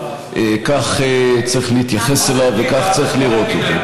כך צריך להתייחס אליו וכך צריך לראות אותו.